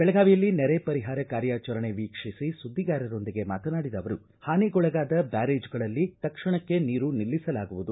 ಬೆಳಗಾವಿಯಲ್ಲಿ ನೆರೆ ಪರಿಹಾರ ಕಾರ್ಯಾಚರಣೆ ವೀಕ್ಷಿಸಿ ಸುದ್ದಿಗಾರರೊಂದಿಗೆ ಮಾತನಾಡಿದ ಅವರು ಹಾನಿಗೊಳಗಾದ ಬ್ಯಾರೇಜ್ಗಳಲ್ಲಿ ತಕ್ಷಣಕ್ಕೆ ನೀರು ನಿಲ್ಲಿಸಲಾಗುವುದು